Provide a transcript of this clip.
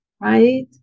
Right